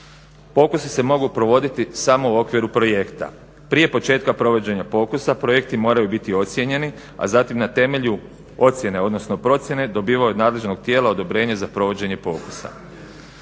Pokusi se mogu provoditi samo u okviru projekta. Prije početka provođenja pokusa projekti moraju biti ocijenjeni a zatim na temelju ocijene odnosno procijene dobivaju od nadležnog tijela odobrenje za provođenje pokusa.